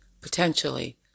potentially